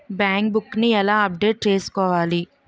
Bank book నీ ఎలా update చేసుకోవాలి?